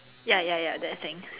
ya ya ya that thing